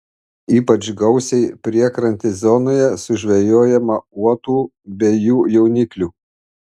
ypač gausiai priekrantės zonoje sužvejojama uotų bei jų jauniklių